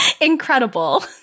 incredible